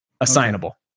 assignable